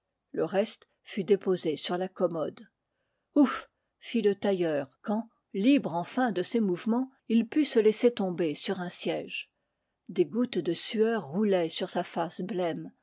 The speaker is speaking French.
le reste fut déposé sur la commode ouf fit le tailleur quand libre enfin de ses mouve ments il put se laisser tomber sur un siège des gouttes de sueur roulaient sur sa face blême